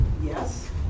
yes